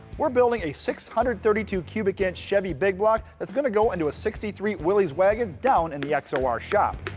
we're building a six hundred and thirty two cubic inch chevy big block that's gonna go into a sixty three willys wagon down in the x o r shop.